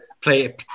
play